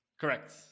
Correct